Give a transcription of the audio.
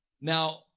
Now